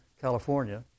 California